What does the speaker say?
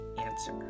answer